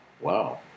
wow